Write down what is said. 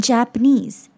Japanese